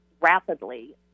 rapidly